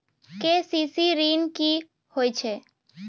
KCC ॠन की होय छै?